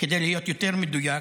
כדי להיות יותר מדויק,